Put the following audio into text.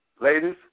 Ladies